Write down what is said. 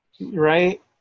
right